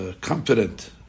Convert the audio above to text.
confident